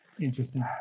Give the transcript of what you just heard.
interesting